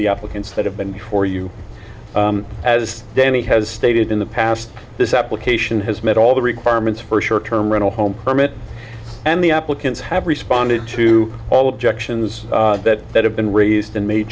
the applicants for have been for you as danny has stated in the past this application has met all the requirements for short term rental home permit and the applicants have responded to all objections that that have been raised and made